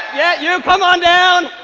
yeah you, come on down.